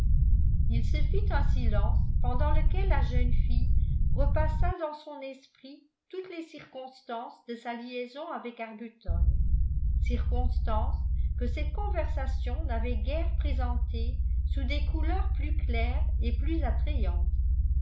il se fit un silence pendant lequel la jeune fille repassa dans son esprit toutes les circonstances de sa liaison avec arbuton circonstances que cette conversation n'avait guère présentées sous des couleurs plus claires et plus attrayantes